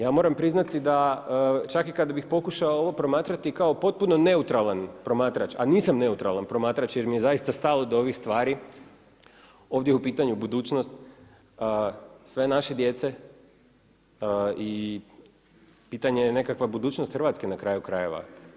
Ja moram priznati da čak i kada bih pokušao ovo promatrati kao potpuno neutralan promatrač, a nisam neutralan promatrač jer mi je zaista stalo do ovih stvari, ovdje je u pitanju budućnost sve naše djece i pitanje je nekakva budućnost Hrvatske na kraju krajeva.